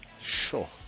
Sure